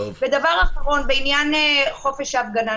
דבר אחרון הוא בעניין חופש ההפגנה.